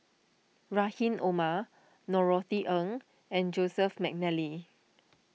Rahim Omar Norothy Ng and Joseph McNally